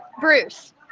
Bruce